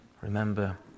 Remember